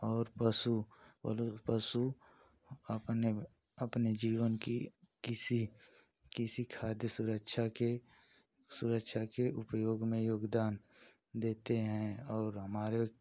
और पशु पशु अपने अपने जीवन की किसी किसी खाद्य सुरक्षा के सुरक्षा के उपयोग में योगदान देते हैं और हमारे